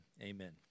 amen